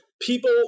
People